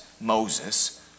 Moses